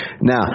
Now